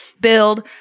build